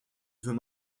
veut